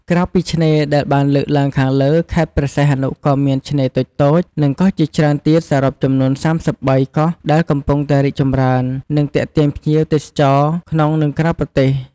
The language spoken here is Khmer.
ក្រៅពីឆ្នេរដែលបានលើកឡើងខាងលើ ខេត្តព្រះសីហនុក៏មានឆ្នេរតូចៗ និងកោះជាច្រើនទៀតសរុបចំនួន ៣៣ កោះដែលកំពុងតែរីកចម្រើន និងទាក់ទាញភ្ញៀវទេសចរទាំងក្នុងនិងក្រៅប្រទេស។